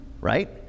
right